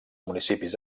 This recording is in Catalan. municipis